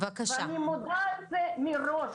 מודה מראש.